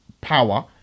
power